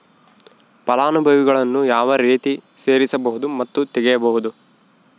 ಫಲಾನುಭವಿಗಳನ್ನು ಯಾವ ರೇತಿ ಸೇರಿಸಬಹುದು ಮತ್ತು ತೆಗೆಯಬಹುದು?